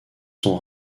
sont